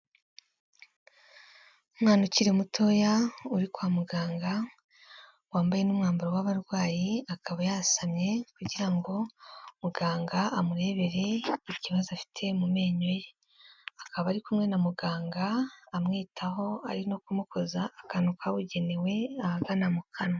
Umwana ukiri mutoya uri kwa muganga, wambaye n'umwambaro w'abarwayi, akaba yasamye kugirango muganga amurebere ikibazo afite mu menyo ye, kaba ari kumwe na muganga ari no kumukoza akantu kabugewe ahagana mu kanwa.